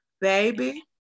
Baby